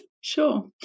sure